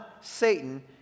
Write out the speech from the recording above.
Satan